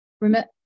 remember